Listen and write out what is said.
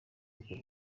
kuvuga